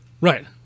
right